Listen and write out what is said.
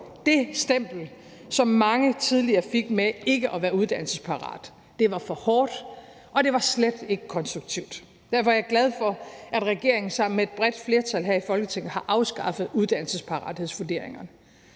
Det stempel, som mange tidligere fik med ikke at være uddannelsesparate, var for hårdt, og det var slet ikke konstruktivt. Derfor er jeg glad for, at regeringen sammen med et bredt flertal her i Folketinget har afskaffet uddannelsesparathedsvurderingerne.